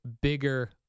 bigger